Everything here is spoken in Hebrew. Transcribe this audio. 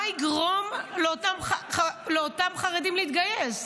מה יגרום לאותם חרדים להתגייס?